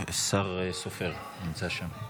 השר סופר, הוא נמצא שם.